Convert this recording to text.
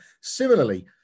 Similarly